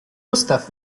gustav